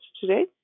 today